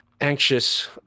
anxious